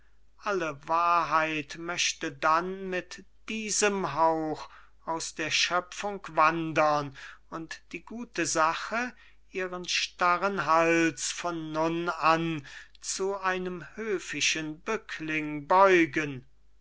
alle wahrheit möchte dann mit diesem hauch aus der schöpfung wandern und die gute sache ihren starren hals von nun an zu einem höfischen bückling beugen